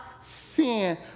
sin